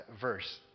verse